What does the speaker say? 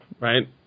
right